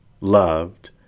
loved